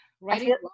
writing